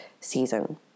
season